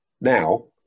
now